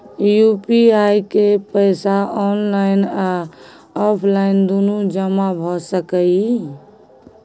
UPI के पैसा online आ ऑफलाइन दुनू जमा भ सकै इ?